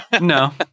No